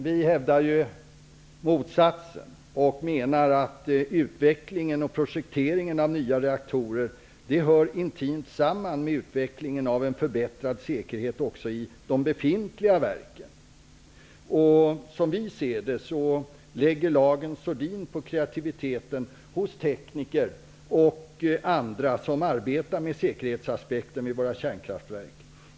Vi hävdar motsatsen och menar att utvecklingen och projekteringen av nya reaktorer hör intimt samman med utvecklingen av en förbättrad säkerhet också i de befintliga verken. Som vi ser det lägger lagen sordin på kreativiteten hos tekniker och andra som arbetar med säkerhetsaspekten vid våra kärnkraftverk.